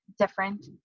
different